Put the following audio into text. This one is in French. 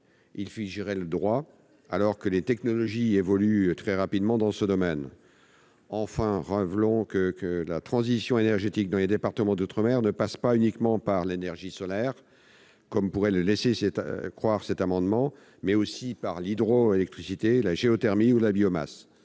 à figer le droit, alors que les technologies évoluent très rapidement dans ce domaine. Enfin, relevons que la transition énergétique, dans les départements d'outre-mer, ne passe pas uniquement par l'énergie solaire, comme pourrait le laisser croire cet amendement, mais aussi par l'hydroélectricité, la géothermie ou la biomasse.